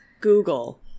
Google